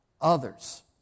others